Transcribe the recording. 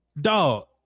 dog